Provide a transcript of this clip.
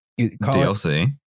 DLC